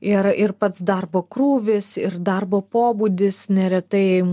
ir ir pats darbo krūvis ir darbo pobūdis neretai